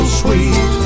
sweet